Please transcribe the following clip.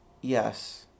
yes